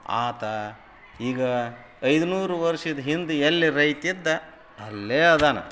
ಆತ ಈಗ ಐನೂರು ವರ್ಷದ ಹಿಂದೆ ಎಲ್ಲಿ ರೈತ ಇದ್ದ ಅಲ್ಲೇ ಇದಾನೆ